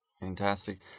fantastic